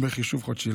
בחישוב חודשי.